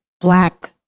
black